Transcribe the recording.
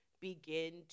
begin